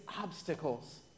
obstacles